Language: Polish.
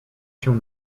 się